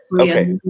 Okay